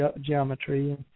geometry